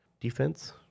defense